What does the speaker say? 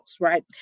right